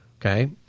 okay